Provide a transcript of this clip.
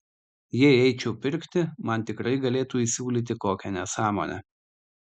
jei eičiau pirkti man tikrai galėtų įsiūlyti kokią nesąmonę